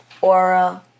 aura